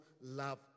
love